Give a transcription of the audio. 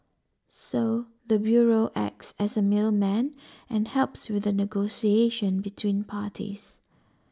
so the bureau acts as a middleman and helps with the negotiation between parties